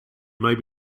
may